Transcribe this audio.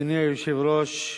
אדוני היושב-ראש,